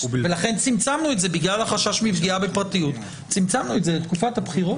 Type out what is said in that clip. בגלל החשש מפגיעה בפרטיות צמצמנו את זה לתקופת הבחירות.